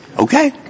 okay